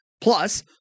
Plus